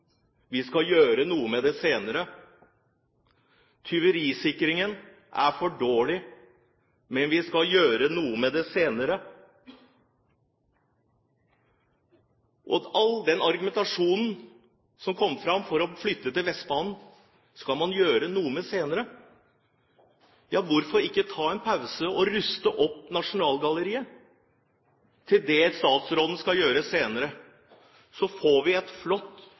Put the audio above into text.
skal gjøre noe med det senere. Tyverisikringen er for dårlig, men man skal gjøre noe med det senere. Det var all den argumentasjonen som kom for å flytte til Vestbanen, og det skal man gjøre noe med senere. Ja, hvorfor ikke ta en pause og ruste opp Nasjonalgalleriet, det statsråden skal gjøre senere, så får vi et flott,